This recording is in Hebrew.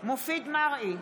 מופיד מרעי,